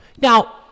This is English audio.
Now